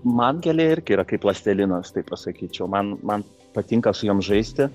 man gėlė irgi yra kaip plastilinas taip pasakyčiau man man patinka su jom žaisti